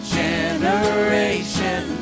generation